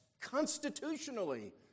constitutionally